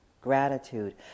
Gratitude